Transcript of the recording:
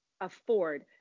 afford